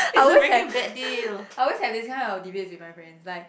I always have I always have this kind of debates with my friends like